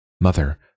Mother